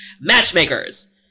matchmakers